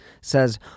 says